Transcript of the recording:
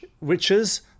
riches